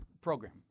program